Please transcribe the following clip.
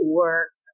work